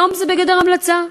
היום זה בגדר המלצה.